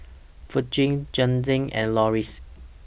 Jazlene and Loris